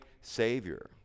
savior